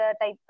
type